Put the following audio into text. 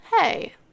hey